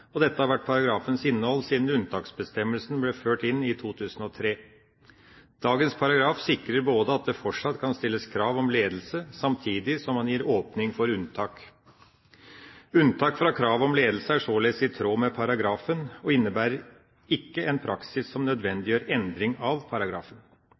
og dette har vært paragrafens innhold siden unntaksbestemmelsen ble ført inn i 2003. Dagens paragraf sikrer at det fortsatt kan stilles krav om ledelse, samtidig som man gir åpning for unntak. Unntak fra kravet om ledelse er således i tråd med paragrafen og innebærer ikke en praksis som